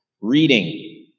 reading